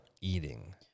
eating